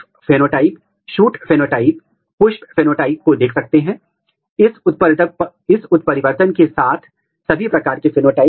इसके लोकलाइजेशन के लिए इसका अध्ययन किया गया है और आप देख सकते हैं कि ग्रीन सिग्नल पिन प्रोटीन के लिए है